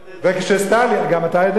וכשסטלין, גם אתה יודע את זה?